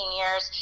years